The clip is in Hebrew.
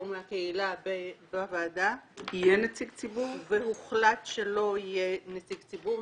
מהקהילה בוועדה והוחלט שלא יהיה נציג ציבור.